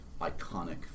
iconic